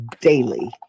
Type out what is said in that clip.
daily